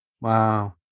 Wow